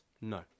no